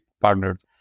partnered